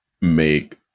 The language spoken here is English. make